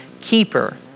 keeper